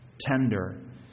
tender